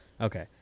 Okay